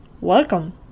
welcome